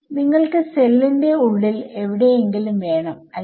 നിങ്ങൾക്ക് സെല്ലിന്റെ ഉള്ളിൽ എവിടെയെങ്കിലും വേണംഅല്ലെ